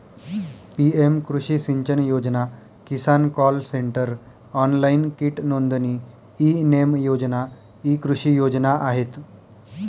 PM कृषी सिंचन योजना, किसान कॉल सेंटर, ऑनलाइन कीट नोंदणी, ई नेम योजना इ कृषी योजना आहेत